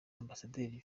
ambasaderi